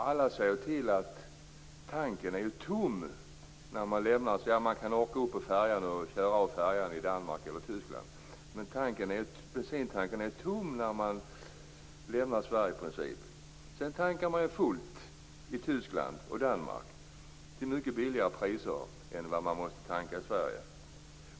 Alla ser ju till att bensintanken är i princip tom när de lämnar Sverige - de ser till att de har bensin som räcker för att köra upp på färjan och av den i Danmark eller Tyskland. Sedan tankar de fullt i Tyskland och Danmark till mycket lägre priser än i Sverige.